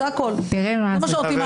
תודה רבה.